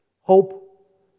hope